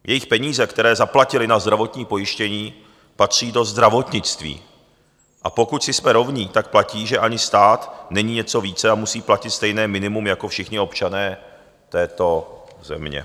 Jejich peníze, které zaplatili na zdravotní pojištění, patří do zdravotnictví, a pokud jsme si rovni, tak platí, že ani stát není něco více a musí platit stejné minimum jako všichni občané této země.